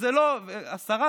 והשרה,